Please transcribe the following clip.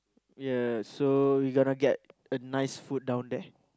ya so you gonna get a nice food down there